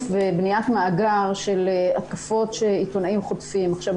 ובניית מאגר של התקפות שחוטפים עיתונאים.